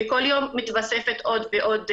כל יום מתווספת עוד ועוד מטלה.